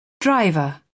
Driver